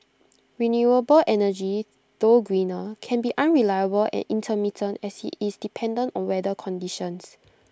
renewable energy though greener can be unreliable and intermittent as IT is dependent on weather conditions